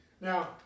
Now